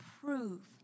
prove